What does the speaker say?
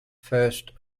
first